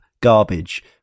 garbage